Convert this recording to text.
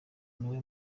niwe